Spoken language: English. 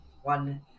one